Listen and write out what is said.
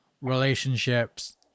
relationships